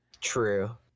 True